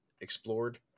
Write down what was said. explored